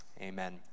Amen